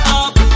up